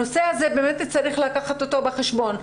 צריך לקחת את הנושא הזה בחשבון.